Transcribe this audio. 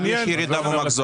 אבל אם יש ירידה במחזור.